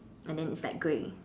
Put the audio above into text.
and then it's like grey